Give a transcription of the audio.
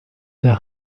der